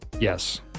Yes